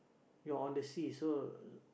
you're on the sea so